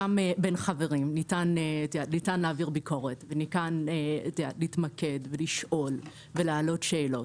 גם בין חברים ניתן להעביר ביקורת וניתן להתמקד ולשאול ולהעלות שאלות,